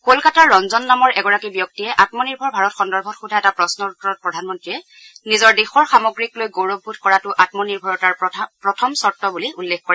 কলকাতাৰ ৰঞ্জন নামৰ এগৰাকী ব্যক্তিয়ে আমনিৰ্ভৰ ভাৰত সন্দৰ্ভত সোধা এটা প্ৰশ্নৰ উত্তৰত প্ৰধানমন্ত্ৰীয়ে নিজৰ দেশৰ সামগ্ৰীক লৈ গৌৰৱবোধ কৰাটো আমনিৰ্ভৰতাৰ প্ৰথম চৰ্ত বুলি উল্লেখ কৰে